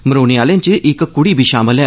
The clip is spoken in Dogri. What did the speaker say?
मरोने आहलें च इक कुड़ी बी शामल ऐ